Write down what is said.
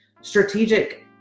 strategic